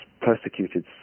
persecuted